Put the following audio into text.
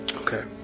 Okay